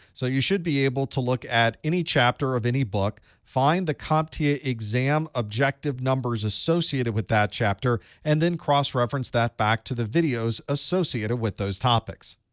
so you should be able to look at any chapter of any book, find the comptia exam objective numbers associated with that chapter, and then cross-reference that back to the videos associated with those topics.